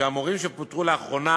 שהמורים שפוטרו לאחרונה,